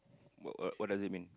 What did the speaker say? wha~ what does it mean